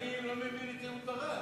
אני לא מבין את אהוד ברק,